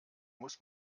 muss